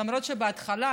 למרות שבהתחלה